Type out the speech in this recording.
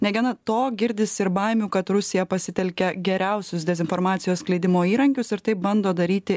negana to girdisi ir baimių kad rusija pasitelkia geriausius dezinformacijos skleidimo įrankius ir taip bando daryti